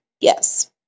yes